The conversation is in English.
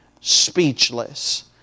speechless